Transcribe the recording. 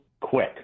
quick